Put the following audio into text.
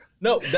No